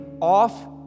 off